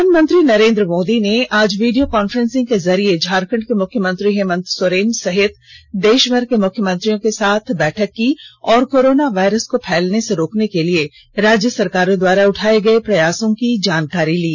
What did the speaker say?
प्रधानमंत्री नरेन्द्र मोदी ने आज यीडियो कॉफ्रेंसिंग के जरिए झारखंड के मुख्यमंत्री हेमंत सोरेन सहित देषभर के मुख्यमंत्रियों के साथ बैठक की और कोरोना वायरस को फैलने से रोकने के लिए राज्य सरकारों द्वारा उठाये गये प्रयासों की जानकारी ली